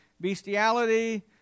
bestiality